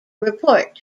report